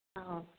ꯑ